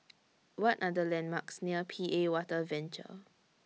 What Are The landmarks near P A Water Venture